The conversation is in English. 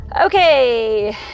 okay